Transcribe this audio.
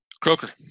Croker